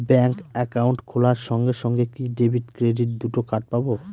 Bank account খোলার সঙ্গে সঙ্গে কি ডেবিট ক্রেডিট দুটো কার্ড পাবো?